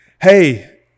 hey